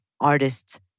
artists